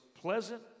pleasant